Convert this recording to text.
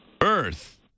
earth